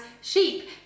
sheep